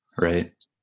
right